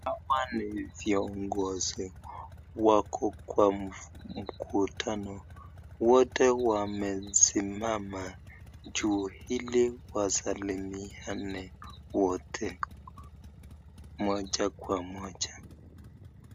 Hawa ni viongozi wako kwa mkutano, wote wamesimama juu hili wasalimiane wote moja kwa moja.